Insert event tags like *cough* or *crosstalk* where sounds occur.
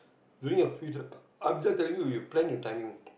during your free time *noise* after telling you you plan your timing